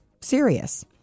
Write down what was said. serious